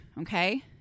Okay